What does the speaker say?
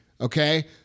okay